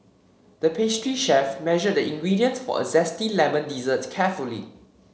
the pastry chef measured the ingredients for a zesty lemon dessert carefully